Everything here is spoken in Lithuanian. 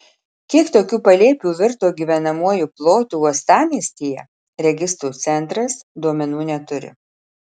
kiek tokių palėpių virto gyvenamuoju plotu uostamiestyje registrų centras duomenų neturi